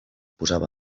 posava